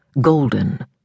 golden